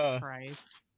Christ